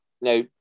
now